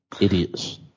Idiots